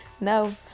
no